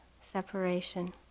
separation